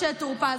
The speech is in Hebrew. משה טור פז,